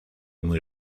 muy